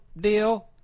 deal